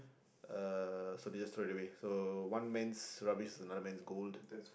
uh so they just throw it away so one man's rubbish is another man's gold